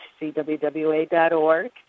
cwwa.org